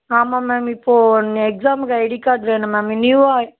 ஆமாம் மேம் இப்போ ஒன் எக்ஸாமுக்கு ஐடி கார்ட் வேணும் மேம் நியூவாயே